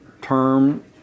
term